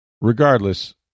Regardless